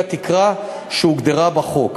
היא התקרה שהוגדרה בחוק.